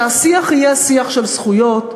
השיח יהיה שיח של זכויות,